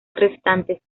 restantes